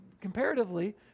comparatively